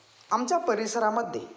आमच्या परिसरामध्ये